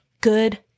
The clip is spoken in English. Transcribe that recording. good